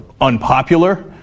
unpopular